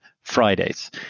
Fridays